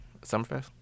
Summerfest